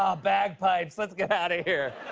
ah bagpipes. let's get out of here.